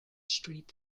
street